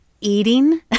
eating